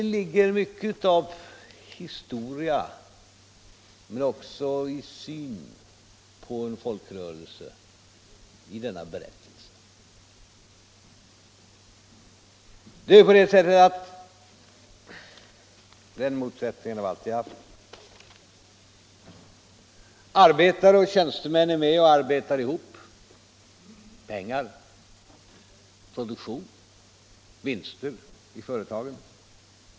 Det ligger mycket av historia men också av syn på en folkrörelse i denna berättelse. Det gäller en motsättning man alltid har haft: arbetare och tjänstemän är med och arbetar ihop pengar, produktion, vinster i företagen.